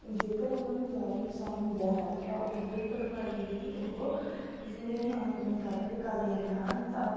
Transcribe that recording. ਜੇਕਰ ਉਹਨਾਂ ਨੂੰ ਜ਼ਿਆਦਾ ਨੁਕਸਾਨ ਹੁੰਦਾ ਹੈ ਤਾਂ ਉਹਦੀ ਭਰਪਾਈ ਵੀ ਉਹ ਕਿਸੇ ਨਾ ਕਿਵੇਂ ਕਰਕੇ ਕਰ ਲੈਂਦੇ ਹਨ ਤਾਂ